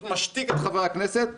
בקשה, חבר הכנסת כהנא.